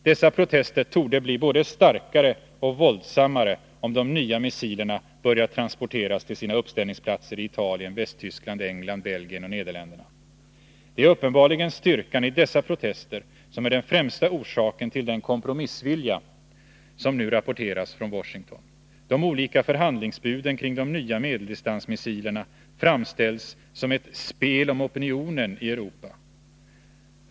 Dessa protester torde bli både starkare och våldsammare, om de nya missilerna börjar transporteras till sina uppställningsplatser i Italien, Västtyskland, England, Belgien och Nederländerna. Det är uppenbart att styrkan i dessa protester är den främsta orsaken till den kompromissvilja som nu rapporteras från Washington. De olika förhandlingsbuden kring de nya medeldistansmissilerna framställs som ”ett spel om opinionen i Europa”.